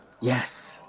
Yes